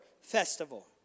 festival